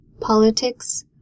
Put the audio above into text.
Politics